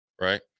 right